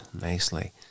nicely